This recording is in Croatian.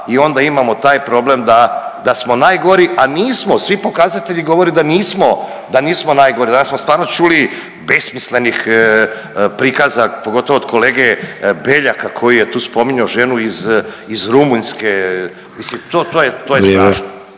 i onda imamo taj problem da smo najgori, a nismo, svi pokazatelji govore da nismo, da nismo najgori, danas smo stvarno čuli besmislenih prikaza, pogotovo od kolege Beljaka koji je tu spominjao ženu iz Rumunjske, mislim,